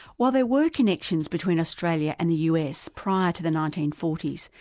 while there were connections between australia and the us prior to the nineteen forty s,